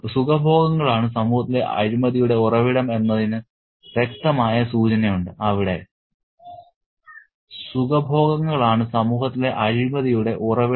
സുഖഭോഗങ്ങളാണ് സമൂഹത്തിലെ അഴിമതിയുടെ ഉറവിടം എന്നതിന് വ്യക്തമായ സൂചനയുണ്ട് അവിടെ